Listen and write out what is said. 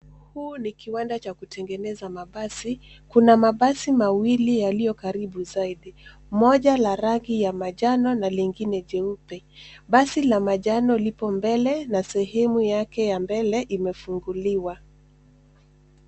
Huu ni kiwanda cha kutengeneza mabasi. Kuna mabasi mawili yaliyo karibu zaidi, moja la rangi ya manjano na lingine jeupe. Basi la manjano lipo mbele na sehemu yake ya mbele imefunguliwa.